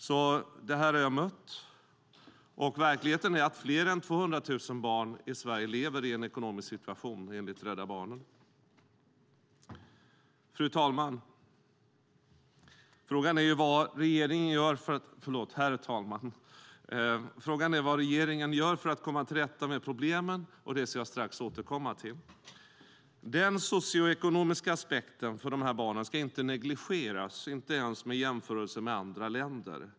Jag har alltså mött det här. Verkligheten är att fler än 200 000 barn i Sverige lever i ekonomisk fattigdom enligt Rädda Barnen. Herr talman! Frågan är vad regeringen gör för att komma till rätta med problemen, och det ska jag strax återkomma till. Den socioekonomiska aspekten för de här barnen ska inte negligeras, inte ens i jämförelser med andra länder.